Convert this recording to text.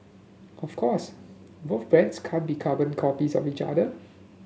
of course both brands can't be carbon copies of each other